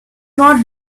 not